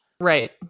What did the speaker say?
Right